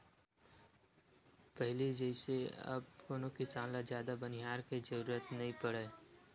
पहिली जइसे अब कोनो किसान ल जादा बनिहार के जरुरत नइ पड़य